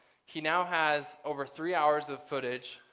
he now has over three hours of footage,